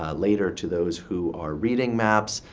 ah later to those who are reading maps,